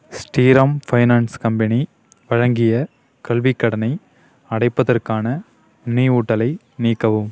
Sriram finance company வழங்கிய கல்விக் கடனை அடைப்பதற்கான நினைவூட்டலை நீக்கவும்